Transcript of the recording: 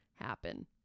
happen